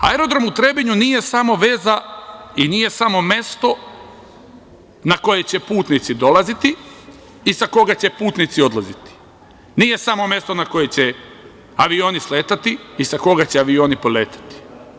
Aerodrom u Trebinju nije samo veza i nije samo mesto na koje će putnici dolaziti i sa koga će putnici odlaziti, nije samo mesto na koje će avioni sletati i sa koga će avioni poletati.